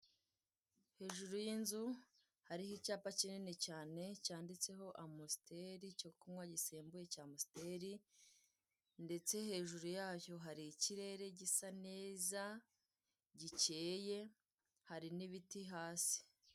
Hejuru y'inzu hariho iyapa kinini cyane, cyanditseho amositeri, icyo kunywa gisembuye cya amusiteri, ndetse hejuru yacyo hari ikirere gisa neza, gikeye, hari n'ibiti hasi.